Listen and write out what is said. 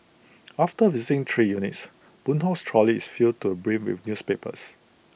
after visiting three units boon Hock's trolley is filled to brim with newspapers